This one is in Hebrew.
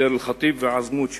דיר-אל-חטב ועזמוט,